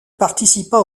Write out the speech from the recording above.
participa